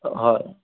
হয়